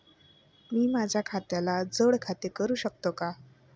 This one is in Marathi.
मी माझ्या खात्याला जोड खाते करू शकतो का?